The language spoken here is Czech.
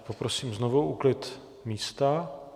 Poprosím znovu úklid místa.